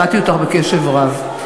שמעתי אותך בקשב רב.